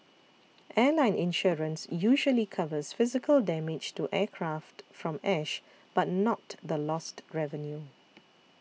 airline insurance usually covers physical damage to aircraft from ash but not the lost revenue